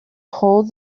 hold